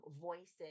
voices